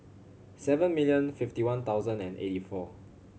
seven million fifty one thousand and eighty four